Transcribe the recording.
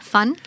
Fun